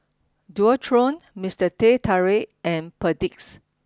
Dualtron Mister Teh Tarik and Perdix